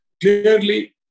clearly